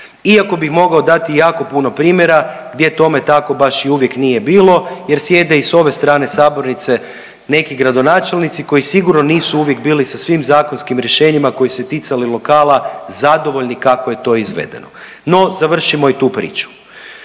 Iako bih mogao dati jako puno primjera gdje tome tako baš i uvijek nije bilo jer sjede i s ove strane sabornice neki gradonačelnici koji sigurno nisu uvijek bili sa svim zakonskim rješenjima koji su se ticali lokala zadovoljni kako je to izvedeno. No, završimo i tu priču.